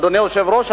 אדוני היושב-ראש,